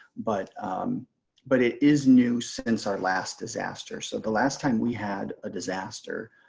but um but it is new since our last disaster, so the last time we had a disaster.